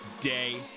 day